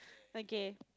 okay